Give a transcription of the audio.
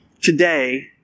Today